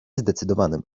zdecydowanym